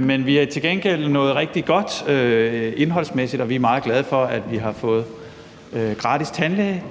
Men vi har til gengæld nået noget rigtig godt indholdsmæssigt, og vi er meget glade for, at vi har fået gratis tandlæge